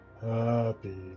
Happy